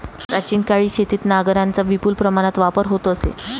प्राचीन काळी शेतीत नांगरांचा विपुल प्रमाणात वापर होत असे